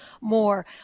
more